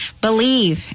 believe